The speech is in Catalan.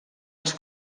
els